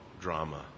drama